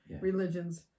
religions